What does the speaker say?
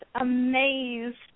amazed